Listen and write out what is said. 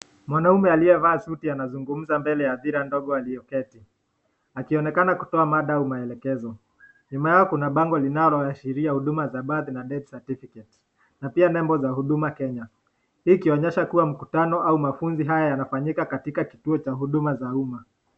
Mwanaume aliyevaa suti anazungumza mbele ya hadhira ndogo walioketi, akionekana kutoa mada au maelekezo. Nyuma yao kuna bango linaloashiria huduma za [birth] na [death certificates] na pia nembo za huduma Kenya. Hii ikionyesha kua mkutano au mafunzo haya yanafanyika katika kituo cha huduma za umma.